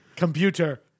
Computer